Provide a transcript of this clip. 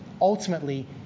ultimately